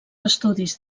estudis